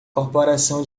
corporação